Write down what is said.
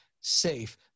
safe